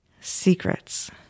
secrets